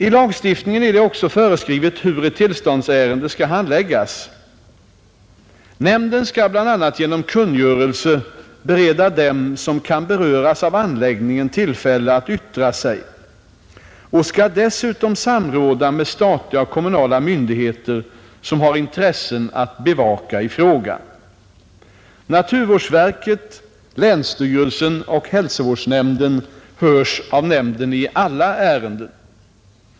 I lagstiftningen är det också föreskrivet hur ett tillståndsärende skall handläggas. Nämnden skall bl.a. genom kungörelse bereda dem som kan beröras av anläggningen tillfälle att yttra sig och skall dessutom samråda med statliga och kommunala myndigheter som har intressen att bevaka i frågan. Naturvårdsverket, länsstyrelsen och hälsovårdsnämnden hörs av nämnden i alla ärenden.